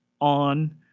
on